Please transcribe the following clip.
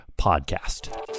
podcast